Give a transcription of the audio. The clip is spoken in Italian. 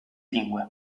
lingue